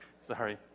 Sorry